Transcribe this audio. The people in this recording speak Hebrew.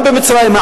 גם במצרים,